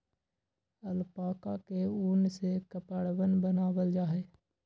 alpaca के उन से कपड़वन बनावाल जा हई